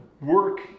work